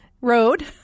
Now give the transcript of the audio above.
road